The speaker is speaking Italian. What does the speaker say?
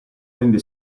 rende